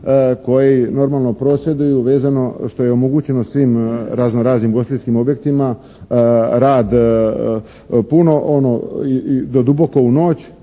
koji normalno prosvjeduju vezano što je omogućeno svim razno-raznim ugostiteljskim objektima rad puno ono do duboko u noć,